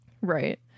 Right